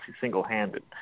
single-handed